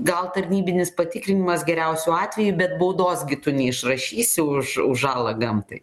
gal tarnybinis patikrinimas geriausiu atveju bet baudos gi tu neišrašysi už už žalą gamtai